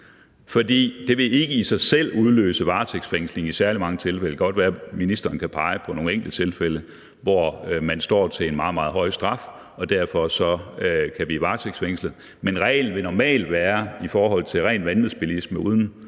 det vil ikke i sig selv udløse varetægtsfængsling i særlig mange tilfælde. Det kan godt være, at ministeren kan pege på nogle enkelttilfælde, hvor man står til en meget, meget høj straf og vi derfor kan varetægtsfængsle, men reglen vil normalt være – i forhold til ren vanvidsbilisme, uden